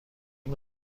میکنم